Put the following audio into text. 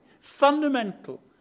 fundamental